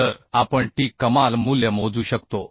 तर आपण t कमाल मूल्य मोजू शकतो